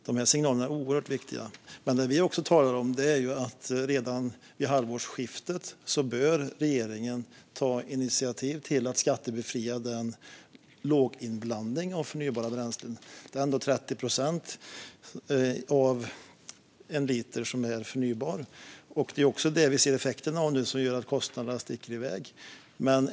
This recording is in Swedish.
De här signalerna är oerhört viktiga, men vi talar också om att regeringen redan vid halvårsskiftet bör ta initiativ till att skattebefria låginblandning av förnybara bränslen. Det är ändå 30 procent av en liter som är förnybart, och det ser vi effekterna av nu när kostnaderna sticker iväg.